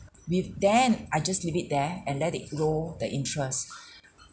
with then I just leave it there and let it grow the interest